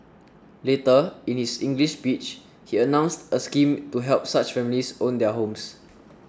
later in his English speech he announced a scheme to help such families own their homes